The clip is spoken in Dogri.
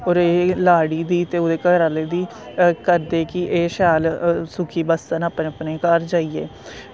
और एह् लाड़ी दी ते ओह्दे घरा आह्ले दी करदे की एह् शैल सुखी बस्सन अपने अपने घर जाइयै